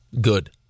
good